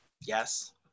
yes